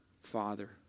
Father